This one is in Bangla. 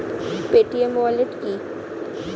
পেটিএম ওয়ালেট কি?